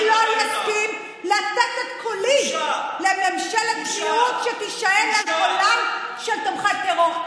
אני לא אסכים לתת את קולי לממשלת מיעוט שתישען על קולם של תומכי טרור.